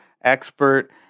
expert